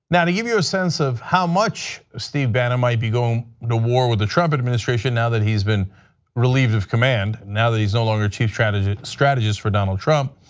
now to give you a sense of how much steve bannon might be going to war with the trump administration now that he has been relieved of command, now that he is no longer chief strategist strategist for donald trump,